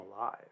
alive